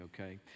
okay